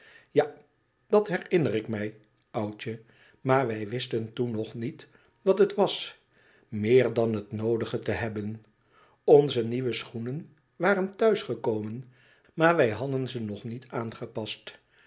ja dat herinner ik mij oudje maar wij wisten toen nog niet wat het was meer dan het noodige te hebben onze nieuwe schoenen waren thuis gekomen maar wij hadden ze nog niet aangepast